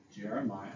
Jeremiah